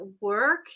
work